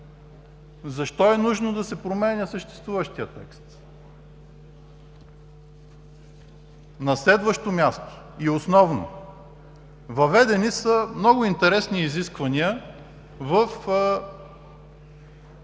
Защо е нужно да се променя съществуващият текст? На следващо място и основно – въведени са много интересни изисквания в